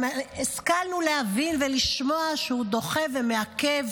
גם השכלנו להבין ולשמוע שהוא דוחה ומעכב